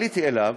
עליתי אליו,